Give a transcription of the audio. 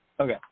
Okay